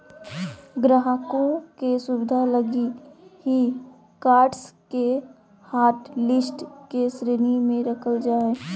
ग्राहकों के सुविधा लगी ही कार्ड्स के हाटलिस्ट के श्रेणी में रखल जा हइ